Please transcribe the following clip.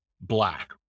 black